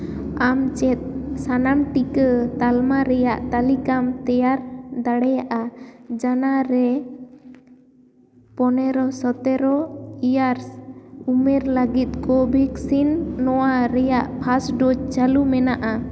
ᱟᱢ ᱪᱮᱫ ᱥᱟᱱᱟᱢ ᱴᱤᱠᱟᱹ ᱛᱟᱞᱢᱟ ᱨᱮᱭᱟᱜ ᱛᱟᱹᱞᱤᱠᱟᱢ ᱛᱮᱭᱟᱨ ᱫᱟᱲᱮᱭᱟᱜᱼᱟ ᱡᱚᱱᱟ ᱨᱮ ᱯᱚᱱᱨᱚ ᱥᱚᱛᱨᱚ ᱤᱭᱟᱨᱥ ᱩᱢᱮᱨ ᱞᱟᱹᱜᱤᱫ ᱠᱚ ᱵᱷᱮᱠᱥᱤᱱ ᱱᱚᱣᱟ ᱨᱮᱭᱟᱜ ᱯᱷᱟᱥᱴ ᱰᱳᱥ ᱪᱟᱹᱞᱩ ᱢᱮᱱᱟᱜᱼᱟ